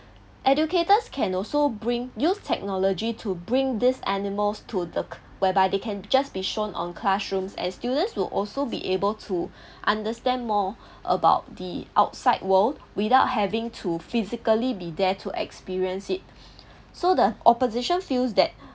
educators can also bring new technology to bring these animals to the whereby they can just be shown on classrooms as students will also be able to understand more about the outside world without having to physically be there to experience it so the opposition feels that